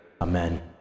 Amen